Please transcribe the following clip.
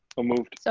moved. so